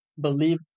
believe